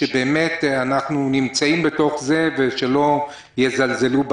שבאמת אנחנו נמצאים בתוך זה ושלא יזלזלו בהנחיות.